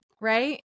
Right